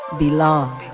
belong